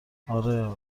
آره